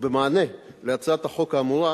במענה על הצעת החוק האמורה,